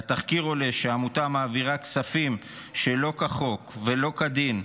מהתחקיר עולה שהעמותה מעבירה כספים שלא כחוק ולא כדין,